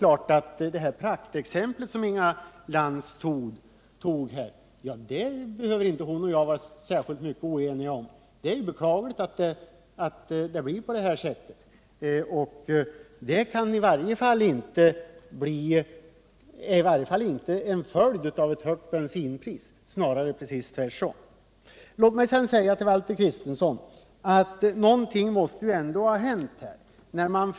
Beträffande det praktexempel som Inga Lantz gav vill jag bara säga att vi inte behöver vara oeniga. Det är beklagligt att det blir på det här sättet, men det är i varje fall inte en följd av ett högt bensinpris, snarare tvärtom. Till Valter Kristenson vill jag säga att det ändå måste ha hänt något på det här området.